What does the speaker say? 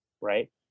Right